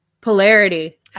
Polarity